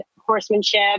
horsemanship